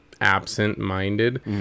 absent-minded